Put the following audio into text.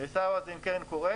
SAWA זה עם קרן קורת,